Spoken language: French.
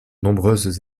nombreuses